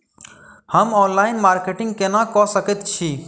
हम online marketing केना कऽ सकैत छी?